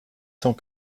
cent